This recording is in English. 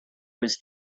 was